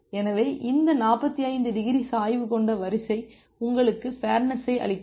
எனவே இந்த 45 டிகிரி சாய்வு கொண்ட வரிசை உங்களுக்கு ஃபேர்நெஸ் ஐ அளிக்கிறது